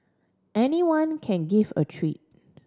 anyone can give a treat